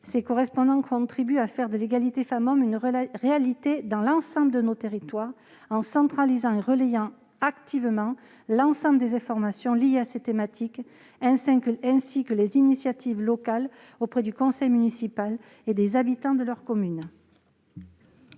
ces correspondants contribueraient à faire de l'égalité entre les femmes et les hommes une réalité dans l'ensemble de nos territoires en centralisant et en relayant activement l'ensemble des informations liées à ces thématiques, ainsi que les initiatives locales auprès du conseil municipal et des habitants de leur commune.